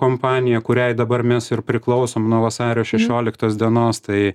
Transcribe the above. kompanija kuriai dabar mes ir priklausom nuo vasario šešioliktos dienos tai